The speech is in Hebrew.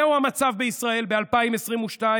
זהו המצב בישראל ב-2022.